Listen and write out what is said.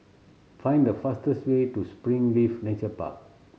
find the fastest way to Springleaf Nature Park